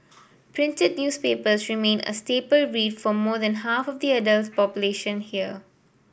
printed newspaper remain a staple read for more than half of the adult population here